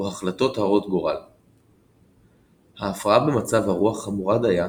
או החלטות הרות גורל ההפרעה במצב הרוח חמורה דייה